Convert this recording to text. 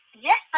Yes